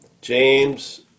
James